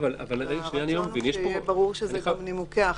אבל הרצון הוא שיהיה ברור שאלו גם נימוקי ההחלטה,